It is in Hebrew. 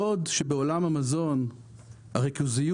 בעוד שבעולם המזון הריכוזיות,